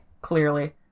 Clearly